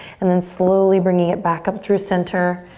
and then slowly bringing it back up through center,